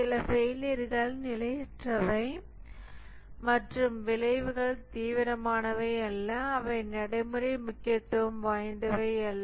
சில ஃபெயிலியர்கள் நிலையற்றவை மற்றும் விளைவுகள் தீவிரமானவை அல்ல அவை நடைமுறை முக்கியத்துவம் வாய்ந்தவை அல்ல